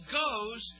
goes